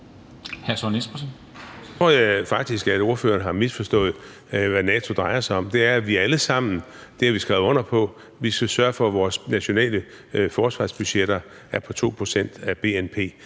jeg faktisk, at ordføreren har misforstået, hvad NATO drejer sig om, og det er, at vi alle sammen – det har vi skrevet under på – skal sørge for, at vores nationale forsvarsbudgetter er på 2 pct. af bnp.